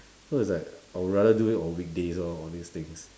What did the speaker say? so it's like I would rather do it on weekdays lor all these things